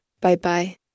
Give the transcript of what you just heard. Bye-bye